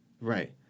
Right